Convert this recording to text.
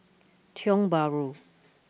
Tiong Bahru